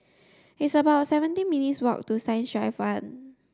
it's about seventy minutes' walk to Science Drive fun